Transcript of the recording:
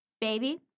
baby